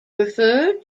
refer